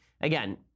Again